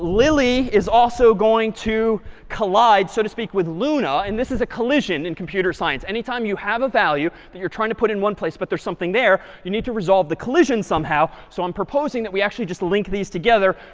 lily is also going to collide, so to speak with luna. and this is a collision in computer science. anytime you have a value that you're trying to put in one place but there's something there, you need to resolve the collision somehow. so i'm proposing that we actually just link these together.